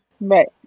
Right